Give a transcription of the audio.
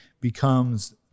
becomes